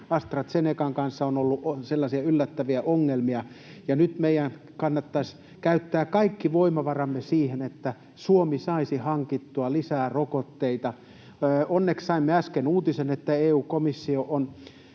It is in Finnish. AstraZenecan kanssa on ollut yllättäviä ongelmia, ja nyt meidän kannattaisi käyttää kaikki voimavaramme siihen, että Suomi saisi hankittua lisää rokotteita. Onneksi saimme äsken uutisen, että EU-komissio on